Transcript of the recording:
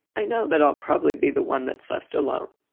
i know that i'll probably be the one that's left alone.